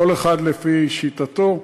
כל אחד לפי שיטתו,